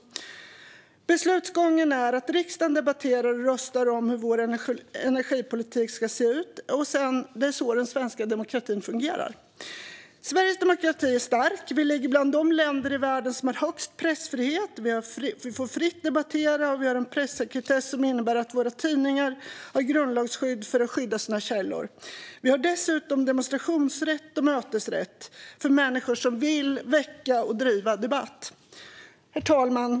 Beslutsgången är att riksdagen debatterar och röstar om hur vår energipolitik ska se ut. Det är så den svenska demokratin fungerar. Sveriges demokrati är stark. Vi ligger bland de länder i världen som har störst pressfrihet. Vi får fritt debattera, och vi har en pressekretess som innebär att våra tidningar har grundlagsskydd för att skydda sina källor. Vi har dessutom demonstrationsrätt och mötesrätt för människor som vill väcka och driva debatt. Herr talman!